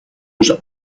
offers